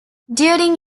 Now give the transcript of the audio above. during